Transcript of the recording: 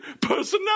personality